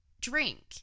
drink